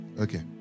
Okay